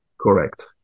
Correct